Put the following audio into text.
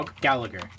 Gallagher